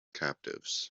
captives